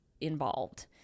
involved